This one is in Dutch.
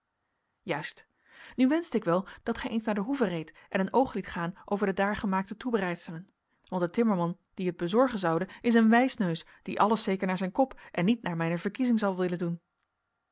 juist nu wenschte ik wel dat gij eens naar de hoeve reedt en een oog liet gaan over de daar gemaakte toebereidselen want de timmerman die het bezorgen zoude is een wijsneus die alles zeker naar zijn kop en niet naar mijne verkiezing zal willen doen